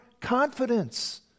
confidence